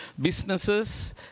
businesses